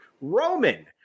Roman